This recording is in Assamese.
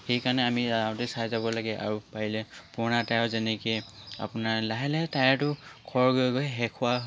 সেইকাৰণে আমি যাওঁতে চাই যাব লাগে আৰু পাৰিলে পুৰণা টায়াৰ যেনেকৈ আপোনাৰ লাহে লাহে টায়াৰটো ক্ষয় গৈ গৈ শেষ হোৱা